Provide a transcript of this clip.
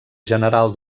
general